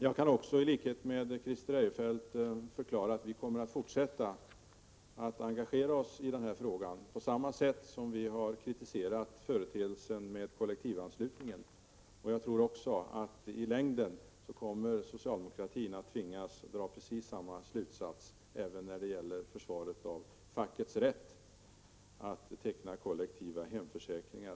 Jag kan också i likhet med Christer Eirefelt förklara att vi kommer att fortsätta att engagera oss i den här frågan på samma sätt som vi har kritiserat kollektivanslutningen. Jag tror också att socialdemokratin i längden kommer att tvingas att dra exakt samma slutsats även när det gäller försvaret av fackets rätt att teckna kollektiva hemförsäkringar.